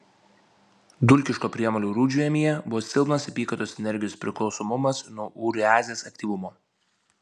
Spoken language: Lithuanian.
dulkiško priemolio rudžemyje buvo silpnas apykaitos energijos priklausomumas nuo ureazės aktyvumo